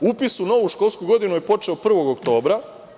Upis u novu školsku godinu je počeo 1. oktobra.